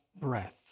breath